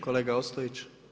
Kolega Ostojić.